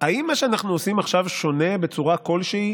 האם מה שאנחנו עושים עכשיו שונה בצורה כלשהי